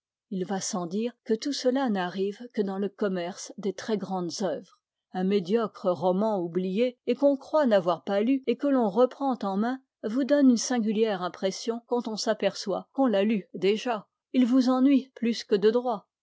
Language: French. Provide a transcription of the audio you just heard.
il va sans dire que tout cela n'arrive que dans le commerce des très grandes œuvres un médiocre roman oublié et qu'on croit n'avoir pas lu et que l'on reprend en mains vous donne une singulière impression quand on s'aperçoit qu'on l'a lu déjà il vous ennuie plus que de droit